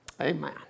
Amen